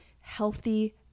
healthy